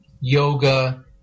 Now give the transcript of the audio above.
yoga